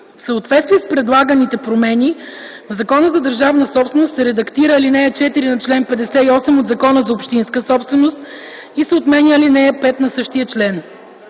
В съответствие с предлаганите промени в Закона за държавната собственост се редактира ал. 4 на чл. 58 Закона за общинската собственост и се отменя ал. 5 на същия член.